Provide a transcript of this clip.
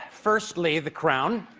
firstly, the crown,